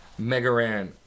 Megaran